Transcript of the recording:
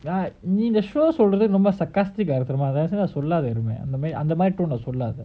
நீஇந்த:nee indha so சொல்லறதுரொம்ப:sollradhu romba sarcastic ah இருக்குதயவுசெஞ்சுசொல்லாதஅந்தமாதிரிசொல்லாத:irukku thayavu senju solaldha antha mathiri solladha